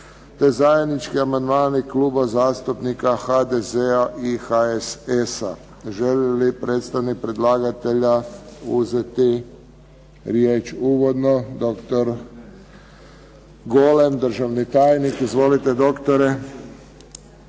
te zajednički amandmani Kluba zastupnika HDZ-a i HSS-a. Želi li predstavnik predlagatelja uzeti riječ uvodno? Doktor Golem državni tajnik. Izvolite doktore.